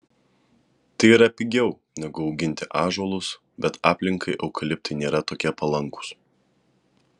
tai yra pigiau negu auginti ąžuolus bet aplinkai eukaliptai nėra tokie palankūs